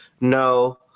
no